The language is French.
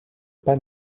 pas